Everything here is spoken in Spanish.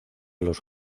los